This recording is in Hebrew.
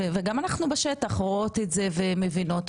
גם אנחנו בשטח רואות את זה ומבינות,